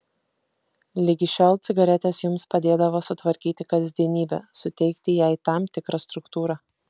ligi šiol cigaretės jums padėdavo sutvarkyti kasdienybę suteikti jai tam tikrą struktūrą